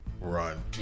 Run